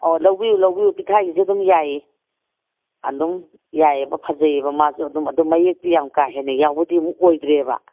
ꯑꯧ ꯂꯧꯕꯤꯌꯨ ꯂꯧꯕꯤꯌꯨ ꯄꯤꯊ꯭ꯔꯥꯏꯒꯤꯁꯨ ꯑꯗꯨꯝ ꯌꯥꯏꯌꯦ ꯑꯗꯨꯝ ꯌꯥꯏꯌꯦꯕ ꯐꯖꯩꯌꯦꯕ ꯃꯥꯁꯨ ꯑꯗꯨꯝ ꯑꯗꯣ ꯃꯌꯦꯛꯇꯤ ꯌꯥꯝ ꯀꯥꯍꯦꯟꯅ ꯌꯥꯎꯕꯗꯤ ꯑꯃꯨꯛ ꯑꯣꯏꯗ꯭ꯔꯦꯕ